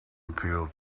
appeal